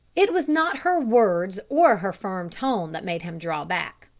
it was not her words or her firm tone that made him draw back.